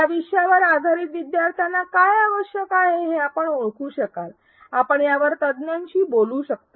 या विषयावर आधारित विद्यार्थ्यांना काय आवश्यक आहे हे आपण ओळखू शकाल आपण यावर तज्ञांशी बोलू शकता